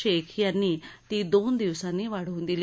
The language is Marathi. शेख यांनी ती दोन दिवसांनी वाढवून दिली